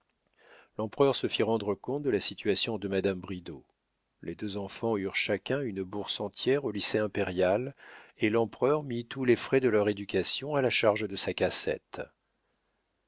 l'empereur se fit rendre compte de la situation de madame bridau les deux enfants eurent chacun une bourse entière au lycée impérial et l'empereur mit tous les frais de leur éducation à la charge de sa cassette